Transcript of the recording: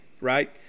right